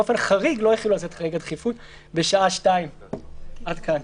בשעה 14:00. עד כאן.